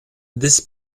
this